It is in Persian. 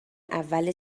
اول